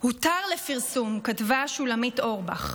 "הותר לפרסום", שכתבה שולמית אורבך: